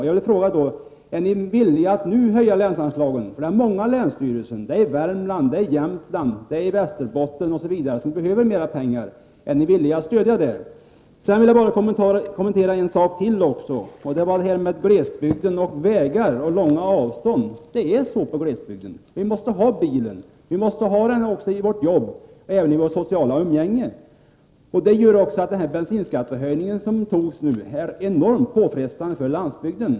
Jag vill fråga: Är ni villiga att nu höja länsanslagen? Länsstyrelserna i t.ex. Värmlands län, Jämtlands län och Västerbottens län behöver mera pengar. Är ni villiga att stödja dem? Gunilla Andersson talade om vägar och långa avstånd i glesbygden. Ja, det är så i glesbygden. Vi måste ha bil både i vårt jobb och i vårt sociala umgänge. Det gör att en bensinskattehöjning är enormt påfrestande för landsbygden.